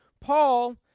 Paul